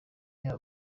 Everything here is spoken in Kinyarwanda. yaba